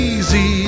Easy